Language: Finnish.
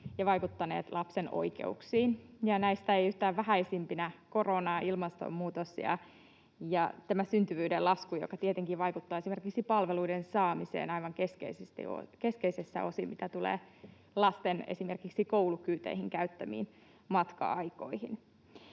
ja vaikuttaneet lapsen oikeuksiin, ja näistä ei yhtään vähäisimpinä korona, ilmastonmuutos ja tämä syntyvyyden lasku, joka tietenkin vaikuttaa esimerkiksi palveluiden saamiseen aivan keskeisessä osin, mitä tulee lasten esimerkiksi koulukyyteihin käyttämiin matka-aikoihin.